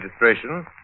registration